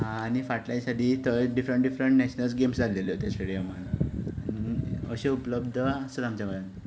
आनी फाटल्या दिसांनी थंय डिफ्रंट डिफ्रंट नेशनल गॅम्स जालेल्यो ते स्टिडियमांत अशें उपलब्ध आसा आमच्या गोंयांत